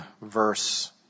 verse